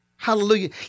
Hallelujah